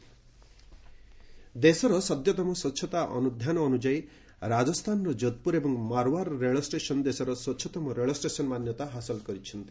rail ranking ଦେଶର ସଦ୍ୟତମ ସ୍ପଚ୍ଛତା ଅନୁଧ୍ୟାନ ଅନୁଯାୟୀ ରାଜସ୍ଥାନର ଯୋଧପୁର ଏବଂ ମାର୍ୱାର୍ ରେଳ ଷ୍ଟେସନ୍ ଦେଶର ସ୍ପଚ୍ଛତମ ରେଳ ଷ୍ଟେସନ୍ ମାନ୍ୟତା ହାସଲ କରିଛନ୍ତି